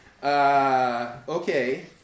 Okay